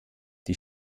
die